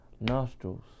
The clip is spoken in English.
nostrils